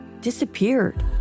disappeared